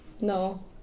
no